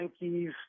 Yankees